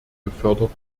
gefördert